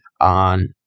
on